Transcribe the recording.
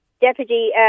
Deputy